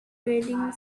grating